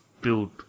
build